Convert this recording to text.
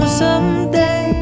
someday